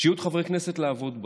שיהיו עוד חברי כנסת לעבוד בה,